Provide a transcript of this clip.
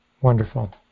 wonderful